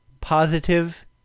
positive